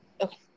Okay